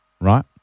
right